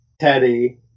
Teddy